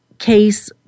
case